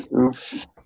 Oops